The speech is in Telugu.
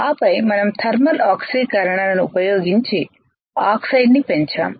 ఆపై మనం థర్మల్ ఆక్సీకరణను ఉపయోగించి ఆక్సైడ్ ను పెంచాము